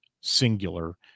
singular